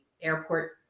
airport